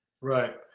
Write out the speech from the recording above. right